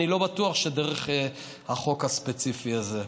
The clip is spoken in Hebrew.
אני לא בטוח שדרך החוק הספציפי הזה.